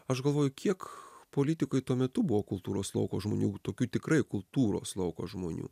aš galvoju kiek politikoj tuo metu buvo kultūros lauko žmonių tokių tikrai kultūros lauko žmonių